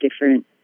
different